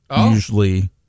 usually